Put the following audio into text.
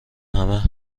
همه